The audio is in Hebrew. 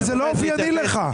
זה לא אופייני לך.